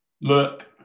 Look